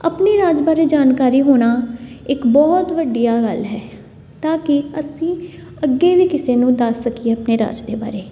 ਆਪਣੀ ਰਾਜ ਬਾਰੇ ਜਾਣਕਾਰੀ ਹੋਣਾ ਇੱਕ ਬਹੁਤ ਵਧੀਆ ਗੱਲ ਹੈ ਤਾਂ ਕਿ ਅਸੀਂ ਅੱਗੇ ਵੀ ਕਿਸੇ ਨੂੰ ਦੱਸ ਸਕੀਏ ਆਪਣੇ ਰਾਜ ਦੇ ਬਾਰੇ